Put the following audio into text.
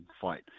fight